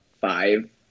five